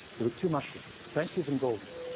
there were two mustards french's and gulden's.